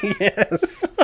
Yes